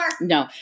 No